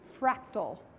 fractal